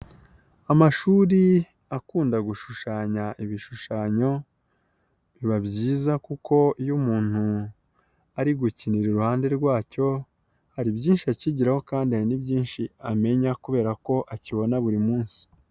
Amashuri akunda gushushanya ibishushanyo biba byiza kuko iyo umuntu ari gukinira iruhande rwacyo, hari byinshi akigiraho kandi ni byinshi amenya kubera ko akibona buri munsi.